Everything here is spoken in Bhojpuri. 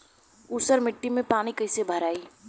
ऊसर मिट्टी में पानी कईसे भराई?